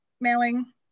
mailing